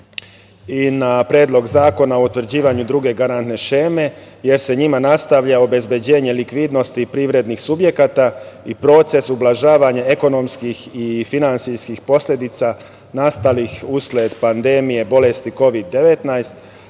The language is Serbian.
i na Predlog zakona o utvrđivanju druge garantne šeme, jer se njima nastavlja obezbeđenje likvidnosti i privrednih subjekata i proces ublažavanja ekonomskih i finansijskih posledica nastalih usled pandemije bolesti Kovid – 19,